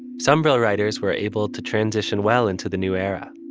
some real writers were able to transition well into the new era